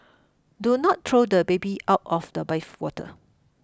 do not throw the baby out of the bathwater